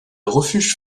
refuge